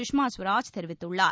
சுஷ்மா ஸ்வராஜ் தெரிவித்துள்ளார்